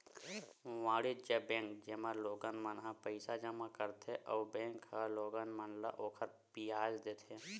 वाणिज्य बेंक, जेमा लोगन मन ह पईसा जमा करथे अउ बेंक ह लोगन मन ल ओखर बियाज देथे